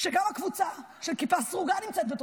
שגם הקבוצה של כיפה סרוגה נמצאת בתוכה,